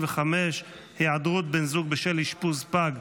65) (היעדרות בשל בן זוג בשל אשפוז פג),